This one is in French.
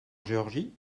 georgie